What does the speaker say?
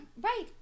Right